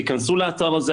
תכנסו לאתר הזה,